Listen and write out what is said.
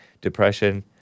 depression